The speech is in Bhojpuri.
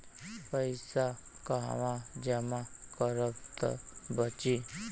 पैसा कहवा जमा करब त बची?